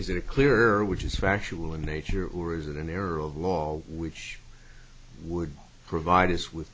is it clear which is factual in nature or is it an error of law which would provide us with